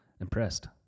impressed